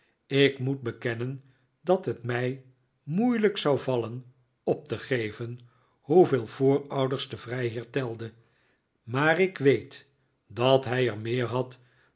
ik moet bekennen dat het mij moeilijk zou vallen op te geven hoeveel voorouders de vrijheer telde maar ik weet dat hij er meer had